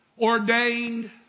ordained